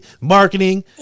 marketing